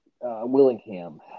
Willingham